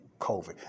COVID